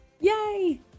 Yay